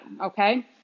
Okay